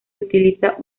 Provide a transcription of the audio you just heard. utiliza